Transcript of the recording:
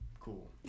cool